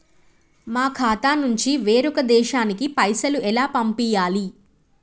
మా ఖాతా నుంచి వేరొక దేశానికి పైసలు ఎలా పంపియ్యాలి?